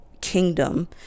kingdom